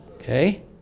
Okay